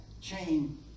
chain